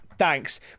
Thanks